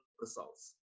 results